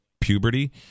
puberty